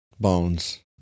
bones